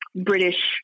British